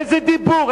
איזה דיבור,